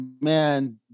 man